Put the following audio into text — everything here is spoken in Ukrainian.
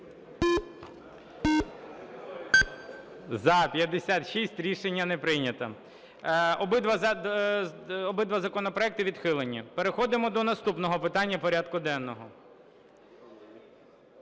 За-56 Рішення не прийнято. Обидва законопроекти відхилені. Переходимо до наступного питання порядку денного.